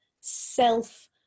self